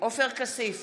עופר כסיף,